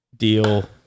deal